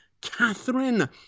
Catherine